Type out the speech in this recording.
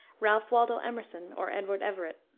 ralph waldo emerson or edward everett,